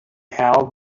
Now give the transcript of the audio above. held